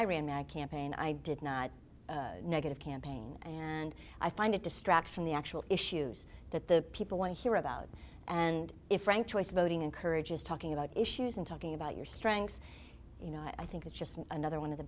i ran my campaign i did not negative campaign and i find it distracts from the actual issues that the people want to hear about and if frank choice voting encourages talking about issues and talking about your strengths you know i think it's just another one of the